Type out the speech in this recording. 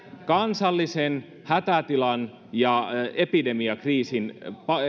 kansallisen hätätilan ja epidemiakriisin